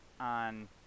on